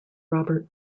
robert